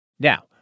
Now